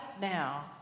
now